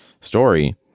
story